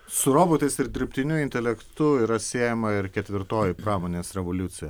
su robotais ir dirbtiniu intelektu yra siejama ir ketvirtoji pramonės revoliucijoj